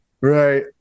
Right